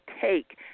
take